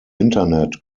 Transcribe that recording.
internet